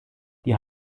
die